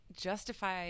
justify